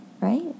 right